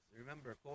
Remember